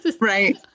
right